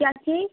क्या चीज़